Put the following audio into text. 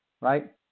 right